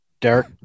Derek